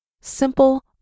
simple